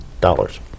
dollars